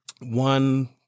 one